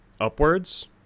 upwards